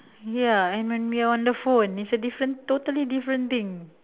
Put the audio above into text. ya and when we're on the phone it's a different totally different thing